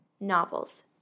novels